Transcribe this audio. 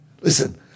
Listen